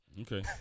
Okay